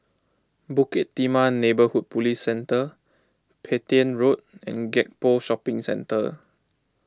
Bukit Timah Neighbourhood Police Centre Petain Road and Gek Poh Shopping Centre